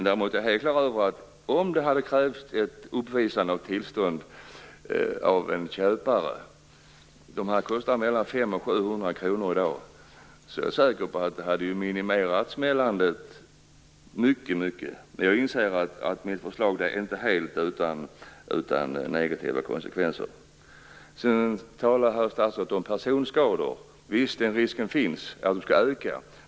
Däremot är jag helt klar över att om det hade krävts ett uppvisande av tillstånd av en köpare - dessa pjäser kostar i dag mellan 500 och 700 kr - skulle det säkert ha minimerat smällandet. Men jag inser att mitt förslag inte är helt utan negativa konsekvenser. Statsrådet talar om personskador, och visst finns det en risk för att en reglering skulle innebära att de ökar.